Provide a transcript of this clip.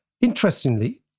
interestingly